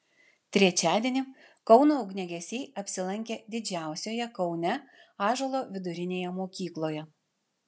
trečiadienį kauno ugniagesiai apsilankė didžiausioje kaune ąžuolo vidurinėje mokykloje